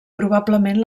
probablement